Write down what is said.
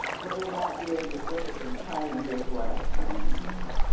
but it won't be a significant change, is what i'm saying yeah.